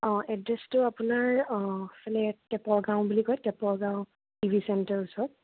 অ' এড্ৰেছটো আপোনাৰ এইফালে টেপৰগাঁও বুলি কয় টেপৰগাঁও টি ভি চেণ্টাৰ ওচৰত